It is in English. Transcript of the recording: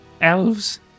elves